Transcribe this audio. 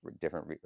different